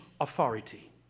authority